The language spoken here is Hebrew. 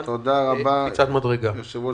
היתה בסדרי עדיפויות גבוהים ויש הוכחות